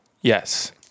yes